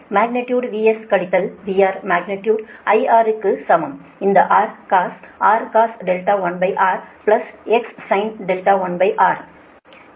magnitude VS கழித்தல் VR magnitude IR க்கு சமம் அந்த R cos R cos R1 X sin R1